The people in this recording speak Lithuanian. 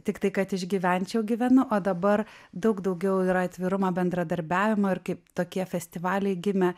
tiktai kad išgyvenčiau gyvenu o dabar daug daugiau yra atvirumo bendradarbiavimo ir kaip tokie festivaliai gimė